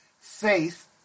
Faith